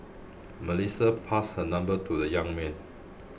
Melissa passed her number to the young man